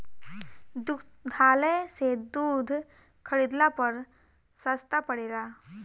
दुग्धालय से दूध खरीदला पर सस्ता पड़ेला?